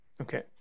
Okay